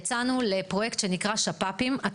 יצאנו לפרויקט שנקרא שפ"פים (שטח פרטי פתוח),